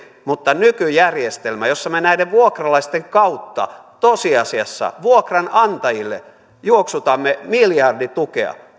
mutta nykyjärjestelmä jossa me näiden vuokralaisten kautta tosiasiassa vuokranantajille juoksutamme miljarditukea